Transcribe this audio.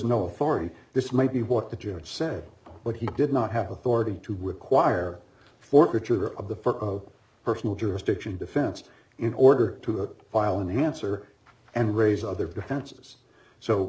no authority this may be what the judge said but he did not have authority to require for creature of the for personal jurisdiction defense in order to that file an answer and raise other defenses so